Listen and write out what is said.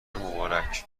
مبارک